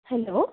hello